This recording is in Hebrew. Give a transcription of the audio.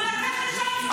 הוא לקח לשם משפחות חטופים.